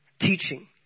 Teaching